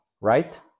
right